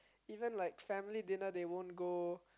even like family dinner they won't go